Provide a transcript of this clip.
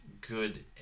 good